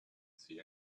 see